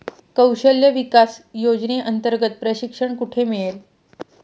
कौशल्य विकास योजनेअंतर्गत प्रशिक्षण कुठे मिळेल?